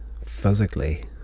physically